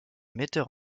metteur